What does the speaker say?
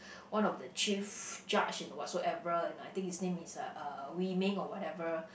one of the chief judge and whatsoever and I think his name is uh Wee Meng or whatever